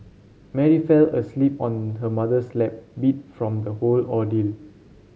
Mary fell asleep on her mother's lap beat from the whole ordeal